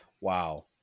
Wow